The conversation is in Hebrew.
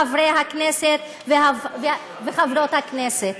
חברות וחברי הכנסת.